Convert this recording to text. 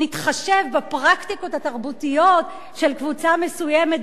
נתחשב בפרקטיקות התרבותיות של קבוצה מסוימת,